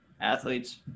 athletes